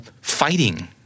Fighting